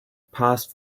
passed